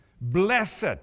blessed